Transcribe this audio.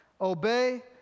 obey